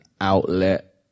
outlet